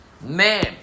Man